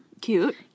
Cute